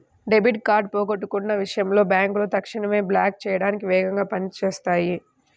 debit card పోగొట్టుకున్న విషయంలో బ్యేంకులు తక్షణమే బ్లాక్ చేయడానికి వేగంగా పని చేత్తాయి